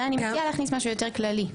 אני מציעה להכניס משהו יותר כללי.